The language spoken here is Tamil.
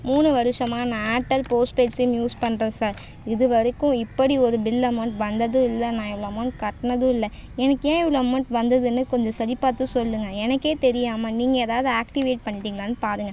மூணு வருஷமாக நான் Airtel post paid SIM use பண்ணுறேன் சார் இது வரைக்கும் இப்படி ஒரு பில் அமௌண்ட் வந்ததும் இல்லை நான் இவ்வளோ அமௌண்ட் கட்டுனதும் இல்லை எனக்கு ஏன் இவ்வளோ அமௌண்ட் வந்ததுன்னு கொஞ்சம் சரிபார்த்து சொல்லுங்கள் எனக்கே தெரியாமல் நீங்கள் எதாவது ஆக்ட்டிவேட் பண்ணிட்டிங்களான்னு பாருங்கள்